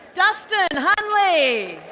dustin and hunley!